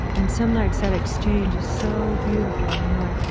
and some nights that exchange is so beautiful, you know,